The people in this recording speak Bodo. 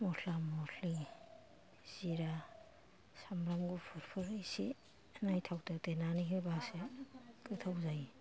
मस्ला मस्लि जिरा सामब्राम गुफुरफोर एसे नायथाव थाव देनानै होबासो गोथाव जायो